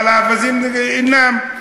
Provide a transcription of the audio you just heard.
אבל האווזים אינם.